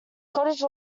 cottage